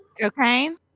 Cocaine